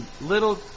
little